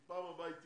כי פעם הבאה תהיה.